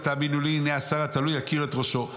אם לא תאמינו לי הינה השר התלוי יכיר את ראשו.